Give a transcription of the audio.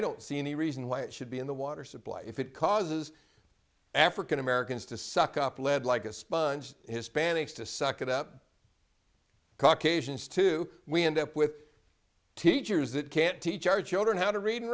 don't see any reason why it should be in the water supply if it causes african americans to suck up lead like a sponge hispanics to suck it up caucasians to we end up with teachers that can't teach our children how to read